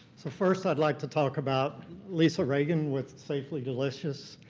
so first i'd like to talk about lisa reagan with safely delicious.